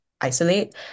isolate